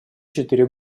четыре